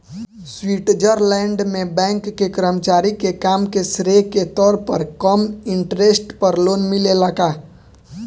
Switzerland में bank के कर्मचारी के काम के श्रेय के तौर पर कम इंटरेस्ट पर लोन मिलेला का?